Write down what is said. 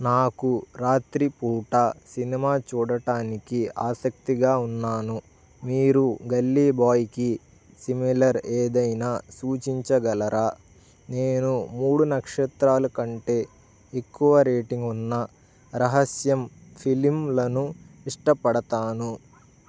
నాకు రాత్రి పూట సినిమా చూడడానికి ఆసక్తిగా ఉన్నాను మీరు గల్లీ బాయ్కి సిమిలర్ ఏదైనా సూచించగలరా నేను మూడు నక్షత్రాలు కంటే ఎక్కువ రేటింగ్ ఉన్న రహస్య ఫిలిమ్లను ఇష్టపడతాను